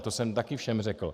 To jsem taky všem řekl.